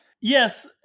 Yes